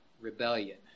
rebellion